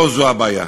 לא זו הבעיה.